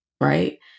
Right